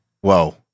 Whoa